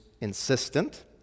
insistent